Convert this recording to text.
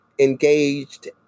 engaged